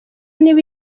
niba